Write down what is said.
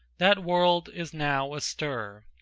that world is now astir.